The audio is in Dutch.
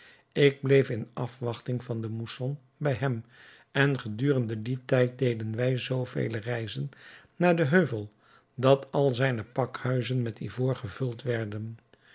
ik bleef in afwachting van den mousson bij hem en gedurende dien tijd deden wij zoo vele reizen naar den heuvel dat al zijne pakhuizen met ivoor gevuld werden